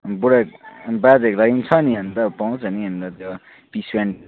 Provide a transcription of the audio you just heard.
बुढो बाजेहरूको लागि नि छ नि अन्त पाउँछ नि अन्त त्यो पिस पेन